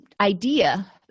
idea